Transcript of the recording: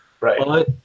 Right